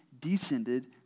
descended